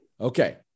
Okay